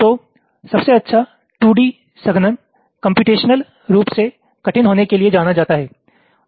तो सबसे अच्छा 2D संघनन कम्प्यूटेशनल रूप से कठिन होने के लिए जाना जाता है